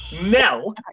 Mel